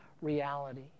reality